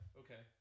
okay